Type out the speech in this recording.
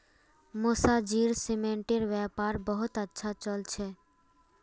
मौसाजीर सीमेंटेर व्यापार बहुत अच्छा चल छ